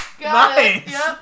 nice